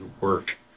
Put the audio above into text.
work